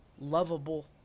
lovable